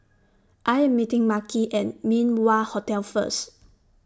I Am meeting Makhi At Min Wah Hotel First